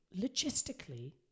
logistically